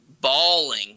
bawling